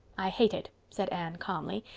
i hate it, said anne calmly,